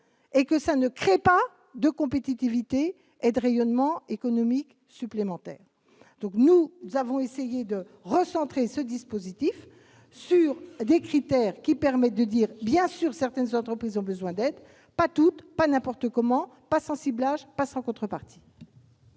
et que ça ne crée pas de compétitivité et de rayonnement économique supplémentaire, donc nous avons essayé de recentrer ce dispositif sur des critères qui permettent de dire, bien sûr, certaines entreprises ont besoin d'être pas toute panne importe comment pas sans ciblage pas sans contrepartie.